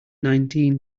nineteen